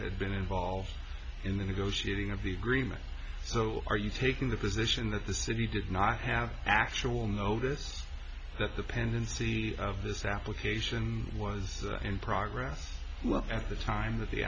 had been involved in the negotiating of the agreement so are you taking the position that the city did not have actual notice that the pendency of this application was in progress at the time that the